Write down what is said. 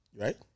Right